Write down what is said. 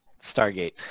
Stargate –